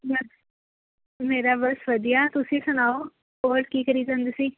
ਮੈਂ ਮੇਰਾ ਬਸ ਵਧੀਆ ਤੁਸੀਂ ਸੁਣਾਓ ਹੋਰ ਕੀ ਕਰੀ ਜਾਂਦੇ ਸੀ